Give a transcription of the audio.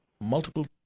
multiple